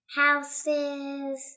houses